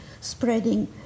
spreading